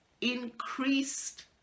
increased